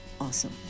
Awesome